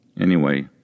Anyway